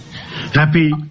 Happy